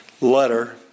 letter